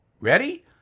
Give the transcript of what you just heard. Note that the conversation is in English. ready